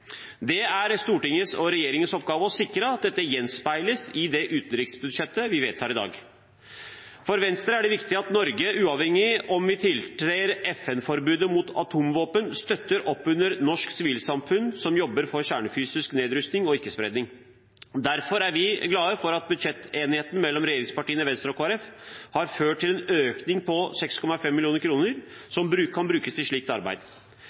Det er Stortingets og regjeringens oppgave å sikre at dette gjenspeiles i det utenriksbudsjettet vi vedtar i dag. Uavhengig av om vi tiltrer FN-forbudet mot atomvåpen, er det viktig for Venstre at Norge støtter opp under det norske sivilsamfunnet som jobber for kjernefysisk nedrustning og ikke-spredning. Derfor er vi glade for at budsjettenigheten mellom regjeringspartiene, Venstre og Kristelig Folkeparti har ført til en økning på 6,5 mill. kr som kan brukes til slikt arbeid.